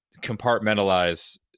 compartmentalize